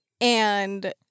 and-